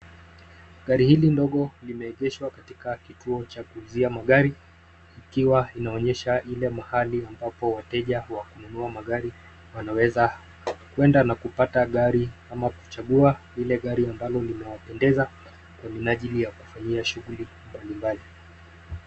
Gari hili ndogo limeegeshwa katika kituo cha kuuzia magari ikiwa inaonyesha ile mahali ambapo wateja wa kununua magari wanaweza kuenda na kupata gari ama kuchagua lile gari ambalo linapendeza kwa minajili ya kufanyia shughuli mbali mbali.